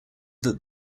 that